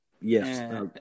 Yes